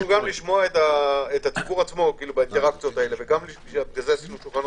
גם לשמוע את הציבור עצמו וגם את משרדי